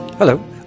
Hello